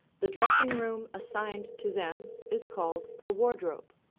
the dressing room assigned to them is called the wardrobe.